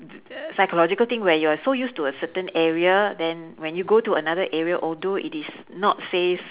psychological thing where you're so used to a certain area then when you go to another area although it is not says